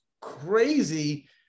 crazy